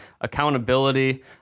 accountability